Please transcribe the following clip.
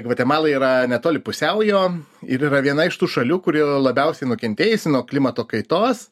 gvatemala yra netoli pusiaujo ir yra viena iš tų šalių kuri labiausiai nukentėjusi nuo klimato kaitos